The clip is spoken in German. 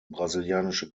brasilianische